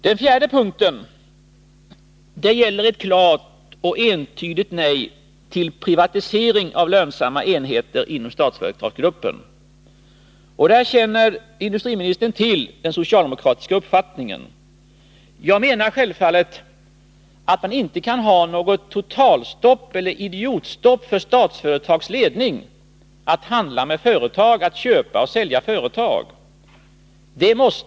Den fjärde punkten gäller ett klart och entydigt nej till privatisering av lönsamma enheter inom Statsföretagsgruppen, och där känner industriministern till den socialdemokratiska uppfattningen. Självfallet kan man inte ha något totalstopp eller idiotstopp för Statsföretags ledning när det gäller att handla med företag, att köpa och sälja företag.